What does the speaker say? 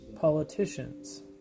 politicians